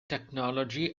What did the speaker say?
technology